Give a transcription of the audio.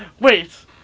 Wait